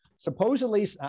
Supposedly